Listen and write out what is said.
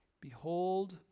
Behold